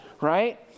Right